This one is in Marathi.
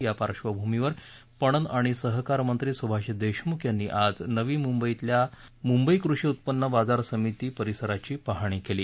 या पार्श्वभूमीवर पणन आणि सहकार मंत्री सुभाष देशमुख यांनी आज नवी मुंबईतील मुंबई कृषी उत्पन्न बाजार समिती परिसराची पाहणी केली